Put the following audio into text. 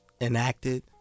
enacted